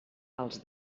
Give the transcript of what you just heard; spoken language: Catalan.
els